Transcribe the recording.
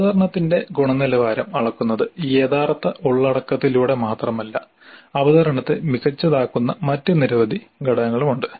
അവതരണത്തിന്റെ ഗുണനിലവാരം അളക്കുന്നത് യഥാർത്ഥ ഉള്ളടക്കത്തിലൂടെ മാത്രമല്ല അവതരണത്തെ മികച്ചതാക്കുന്ന മറ്റ് നിരവധി ഘടകങ്ങളുമുണ്ട്